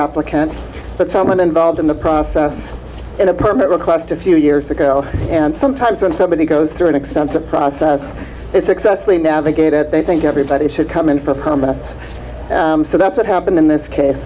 applicant but someone involved in the process in a permit request a few years ago and sometimes when somebody goes through an expensive process they successfully navigate it they think everybody should come in for comments so that's what happened in this case